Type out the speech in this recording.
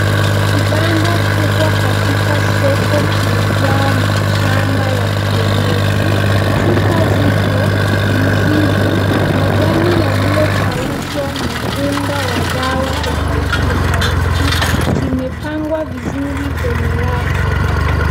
kubwa katika soko kimejaa mitishamba ya kienyeji, chupa zipo, mizizi, majani yaliyokaushwa, na unga wa dawa tofauti tofauti zimepangwa vizuri kwenye rafu.